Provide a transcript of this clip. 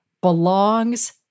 belongs